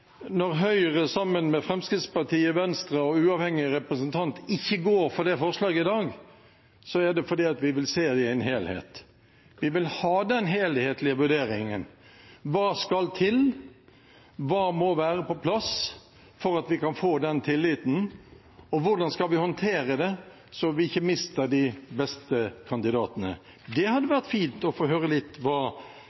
ikke går inn for det forslaget i dag, er det fordi vi vil se det i en helhet. Vi vil ha den helhetlige vurderingen: Hva skal til? Hva må være på plass for at vi kan få den tilliten? Og hvordan skal vi håndtere det så vi ikke mister de beste kandidatene? Det hadde